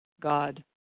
God